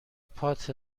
پات